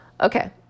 okay